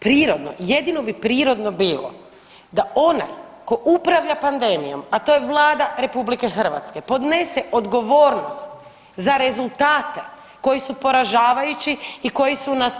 Prirodno, jedino bi prirodno bilo da onaj ko upravlja pandemijom, a to je Vlada RH podnese odgovornost za rezultate koji su poražavajući i koji su nas